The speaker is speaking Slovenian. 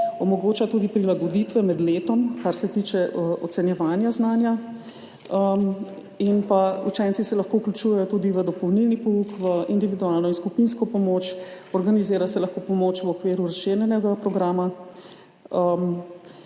omogoča tudi prilagoditve med letom, kar se tiče ocenjevanja znanja. Učenci se lahko vključujejo tudi v dopolnilni pouk, v individualno in skupinsko pomoč, organizira se lahko pomoč v okviru razširjenega programa.